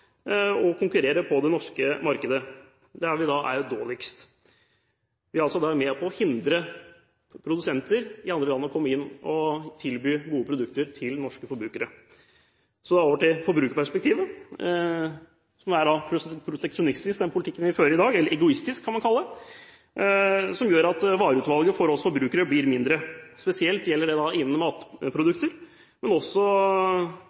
å konkurrere på det norske markedet – der er vi dårligst. Vi er altså med på å hindre produsenter i andre land å komme inn og tilby gode produkter til norske forbrukere. Så over til forbrukerperspektivet. Den politikken vi fører i dag, er proteksjonistisk – eller egoistisk, kan man kalle det – og gjør at vareutvalget for oss forbrukere blir mindre, spesielt gjelder det innen matprodukter, men det er også